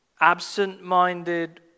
absent-minded